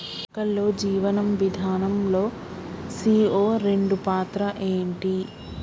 మొక్కల్లో జీవనం విధానం లో సీ.ఓ రెండు పాత్ర ఏంటి?